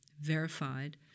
verified